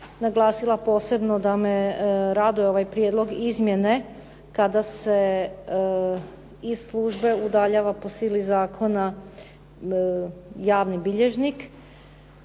naglasila posebno da me raduje ovaj prijedlog izmjene kada se iz službe udaljava po sili zakona javni bilježnik